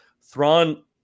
Thrawn